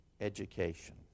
education